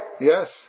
Yes